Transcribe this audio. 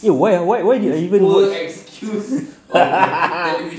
why ah why why did I even watch